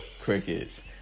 crickets